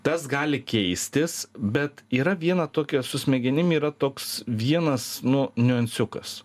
tas gali keistis bet yra viena tokia su smegenim yra toks vienas nu niuansiukas